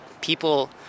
people